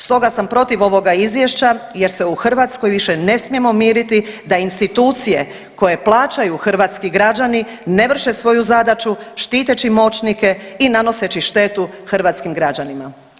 Stoga sam protiv ovoga izvješća jer se u Hrvatskoj više ne smijemo miriti da institucije koje plaćaju hrvatski građani ne vrše svoju zadaću štiteći moćnike i nanoseći štetu hrvatskim građanima.